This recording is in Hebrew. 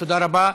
תודה רבה.